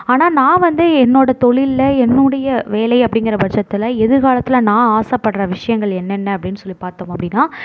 ஆனா நான் வந்து என்னோட தொழிலில் என்னுடைய வேலை அப்படிங்கற பட்சத்தில் எதிர்காலத்தில் நான் ஆசை படுற விஷயங்கள் என்னென்ன அப்டின்னு சொல்லி பார்த்தோம் அப்படினா